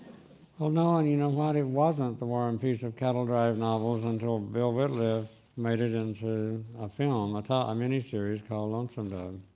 ah and you know what, it wasn't the war and peace of cattle drive novels until bill wittliff made it into a film, but a um miniseries, called lonesome